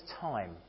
time